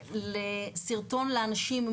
סרטון לאנשים עם